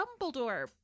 Dumbledore